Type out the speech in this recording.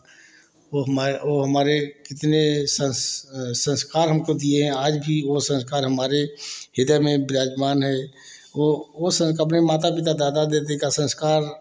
ओ हमारे वह हमारे कितने संस संस्कार हमको दिए हैं आज भी वह संस्कार हमारे हृदय में विराजमान है वे ओ माता पिता दादा दीदी का संस्कार